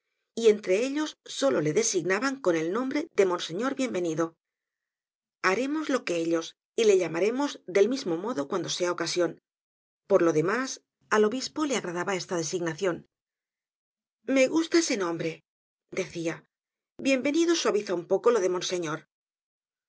y entre ellos solo le designaban con el nombre de monseñor bienvenido haremos lo que ellos y le llamaremos del mismo modo cuando sea ocasion por lo demás al obispo le agradaba esta designacion me gusta ese nombre decia bienvenido suaviza un poco lo de monseñor